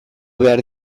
behar